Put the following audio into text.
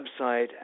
website